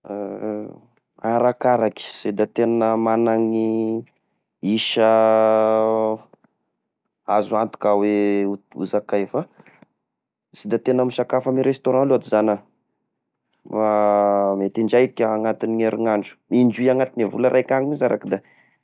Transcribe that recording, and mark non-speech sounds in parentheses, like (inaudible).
(hesitation) Arakaraky, sy da tegna magnany isa azo antoka hoe ho-hozakaiva, sy da tegna misakafo amy restaurant loatry izagny iaho, fa mety indraika anatign'ny herinandro, indroy anaty volan-draika any mihisy araky da.